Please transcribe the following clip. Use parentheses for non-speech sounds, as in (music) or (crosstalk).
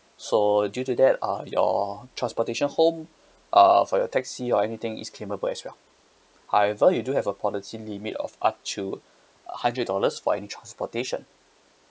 so due to that uh your (breath) transportation home uh for your taxi or anything is claimable as well (breath) however you do have a policy limit of up to hundred dollars for any transportation